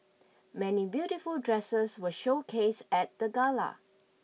many beautiful dresses were showcased at the gala